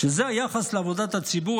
כשזה היחס לעבודת הציבור,